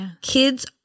Kids